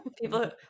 people